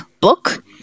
book